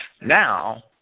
Now